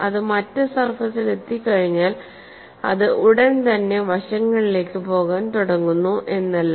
അത് മറ്റ് സർഫസിലെത്തിക്കഴിഞ്ഞാൽ അത് ഉടൻ തന്നെ വശങ്ങളിലേക്ക് പോകാൻ തുടങ്ങുന്നു എന്നല്ല